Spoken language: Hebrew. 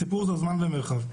הסיפור הוא זמן ומרחב.